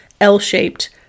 L-shaped